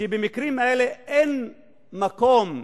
ובמקרים האלה אין מקום,